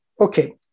okay